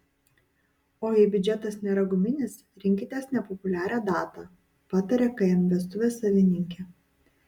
o jei biudžetas nėra guminis rinkitės nepopuliarią datą pataria km vestuvės savininkė